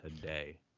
today